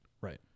Right